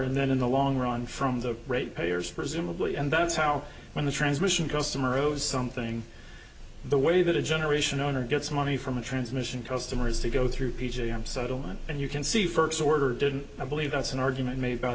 and then in the long run from the rate payers presumably and that's how when the transmission customer owes something in the way that a generation owner gets money from the transmission customers to go through p j i'm subtle and and you can see first order didn't i believe that's an argument made by